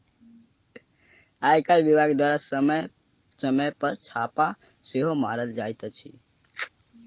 आयकर विभाग द्वारा समय समय पर छापा सेहो मारल जाइत अछि